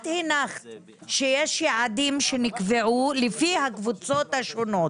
את הנחת שיש יעדים שנקבעו לפי הקבוצות השונות,